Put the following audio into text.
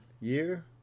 year